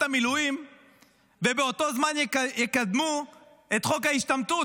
המילואים ובאותו זמן יקדמו את חוק ההשתמטות.